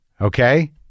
Okay